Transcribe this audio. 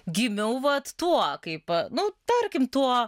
gimiau vat tuo kaip nu tarkim tuo